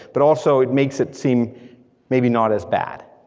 but also it makes it seem maybe not as bad.